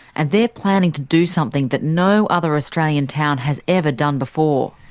and they're planning to do something that no other australian town has ever done before.